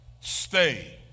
Stay